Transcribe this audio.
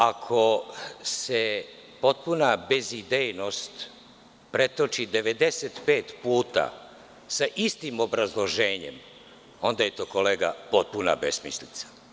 Ako se potpuna bezidejnost pretoči 95 puta sa istim obrazloženjem, onda je to, kolega, potpuna besmislica.